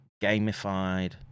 gamified